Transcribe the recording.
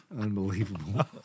Unbelievable